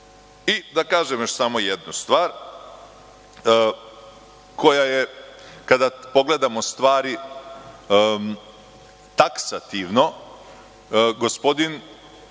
da kažem još jednu stvar, koja kada pogledamo stvari taksativno, gospodin